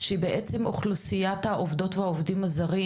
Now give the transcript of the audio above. שבעצם אוכלוסיית העובדים והעובדות הזרים